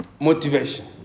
motivation